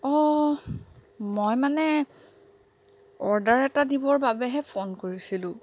অঁ মই মানে অৰ্ডাৰ এটা দিবৰ বাবেহে ফোন কৰিছিলোঁ